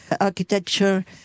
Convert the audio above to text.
architecture